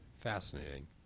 Fascinating